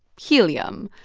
helium.